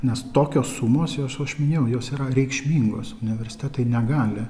nes tokios sumos jos aš minėjau jos yra reikšmingos universitetai negali